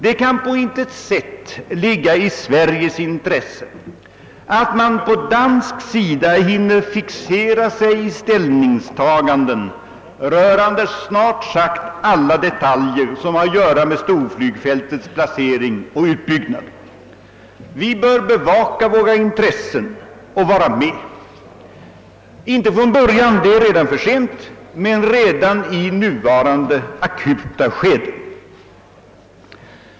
Det kan på intet sätt ligga i Sveriges intresse att danskarna hinner fixera sig i ställningstaganden rörande snart sagt alla detaljer som har att göra med storflygfältets placering och utbyggnad. Vi bör bevaka våra intressen och vara med. Inte från början — det är redan för sent — men vi bör träda in redan i nuvarande skede.